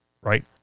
Right